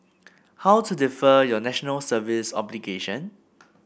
how to defer your National Service obligation